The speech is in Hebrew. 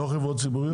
הן לא חברות ציבוריות?